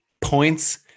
points